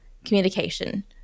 Communication